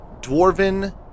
dwarven